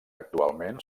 actualment